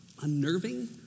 unnerving